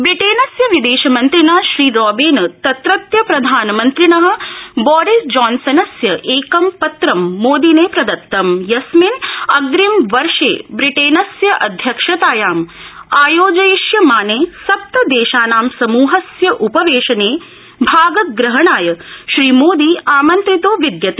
ब्रिटेनस्य विदेशमंत्रिणा श्रीरॉबेन तत्रत्य प्रधानमंत्रिण बोरिस जॉनसनस्य एकं पत्रं मोदिने प्रदत्तम यस्मिन अग्रिम वर्ष ब्रिटेनस्य अध्यक्षतायाम आयोजयिष्यमाने सप्तदेशानां समुहस्य उपवेशने भागग्रहणाय श्रीमोदी आमंत्रितो विदयते